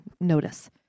notice